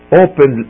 open